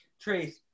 Trace